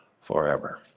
forever